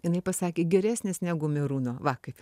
jinai pasakė geresnis negu merūno va kaip